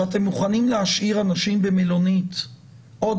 שאתם מוכנים להשאיר אנשים במלונית עוד